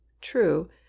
True